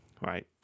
right